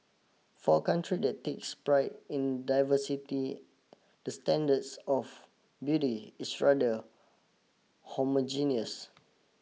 for a country that takes pride in diversity the standards of beauty is rather homogeneous